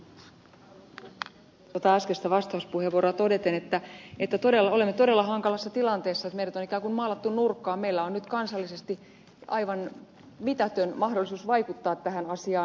jatkan vielä tuota äskeistä vastauspuheenvuoroa todeten että olemme todella hankalassa tilanteessa meidät on ikään kuin maalattu nurkkaan meillä on nyt kansallisesti aivan mitätön mahdollisuus vaikuttaa tähän asiaan